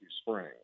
spring